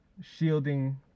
shielding